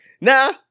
nah